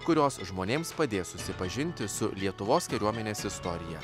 kurios žmonėms padės susipažinti su lietuvos kariuomenės istorija